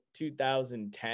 2010